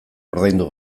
ordaindu